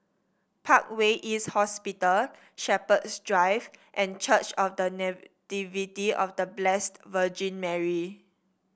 Parkway East Hospital Shepherds Drive and Church of The Nativity of The Blessed Virgin Mary